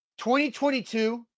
2022